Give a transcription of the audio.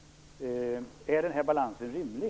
Är den här balansen rimlig?